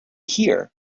here